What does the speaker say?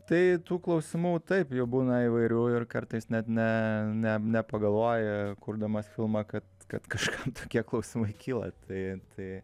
tai tų klausimų taip jų būna įvairių ir kartais net ne ne nepagalvoji kurdamas filmą kad kad kažka tokie klausimai kyla tai tai